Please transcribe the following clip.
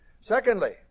Secondly